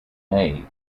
may